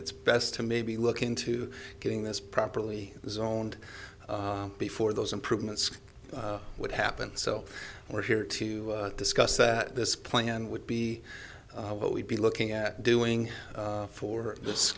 it's best to maybe look into getting this properly zoned before those improvements would happen so we're here to discuss that this plan would be what we'd be looking at doing for this